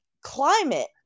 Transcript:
climate